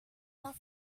not